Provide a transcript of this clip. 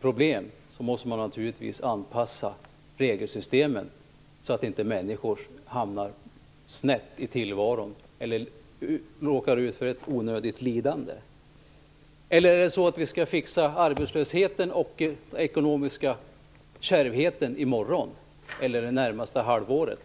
problem måste man naturligtvis anpassa regelsystemen efter detta, så att inte människor hamnar snett i tillvaron eller råkar ut för ett onödigt lidande. Eller är det så att vi skall fixa arbetslösheten och det kärva ekonomiska läget i morgon eller under det närmaste halvåret?